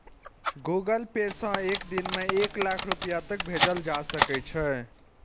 Google Pay सं एक दिन मे एक लाख रुपैया तक भेजल जा सकै छै